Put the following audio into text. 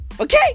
Okay